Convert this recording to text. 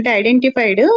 identified